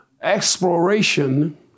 exploration